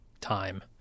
time